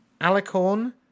alicorn